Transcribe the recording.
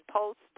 Post